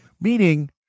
meaning